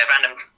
random